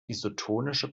isotonische